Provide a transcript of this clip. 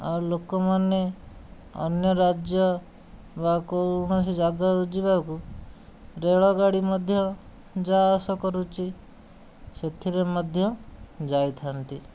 ଆଉ ଲୋକମାନେ ଅନ୍ୟ ରାଜ୍ୟ ବା କୌଣସି ଯାଗାକୁ ଯିବାକୁ ରେଳଗାଡ଼ି ମଧ୍ୟ ଯା ଆସ କରୁଛି ସେଥିରେ ମଧ୍ୟ ଯାଇଥାନ୍ତି